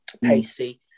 pacey